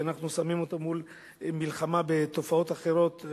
כשאנחנו שמים אותו מול מלחמה בתופעות אחרות,